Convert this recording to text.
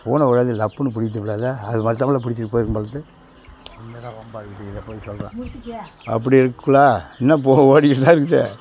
பூனை வருது டப்புன்னு பிடிச்சுப்புடாது அது பார்த்தப்புல பிடிச்சிட்டு போய்டும் போல இருக்கு என்னடா வம்பாக இருக்குது இதை போய் சொல்றே அப்படிங்கக்குள்ள இன்னும் ஓடிகிட்டு தான் இருக்குது